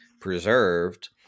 preserved